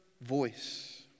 voice